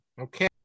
Okay